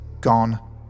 Gone